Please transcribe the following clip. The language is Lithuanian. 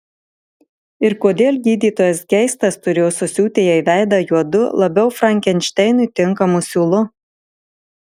ir kodėl gydytojas geistas turėjo susiūti jai veidą juodu labiau frankenšteinui tinkamu siūlu